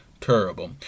Terrible